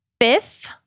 fifth